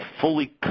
fully